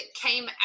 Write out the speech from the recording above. came